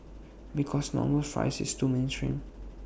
because normal fries is too mainstream